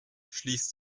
schließt